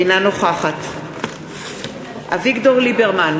אינה נוכחת אביגדור ליברמן,